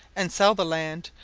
and sell the land,